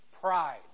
Pride